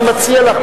אני מציע לך,